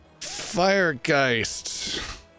Firegeist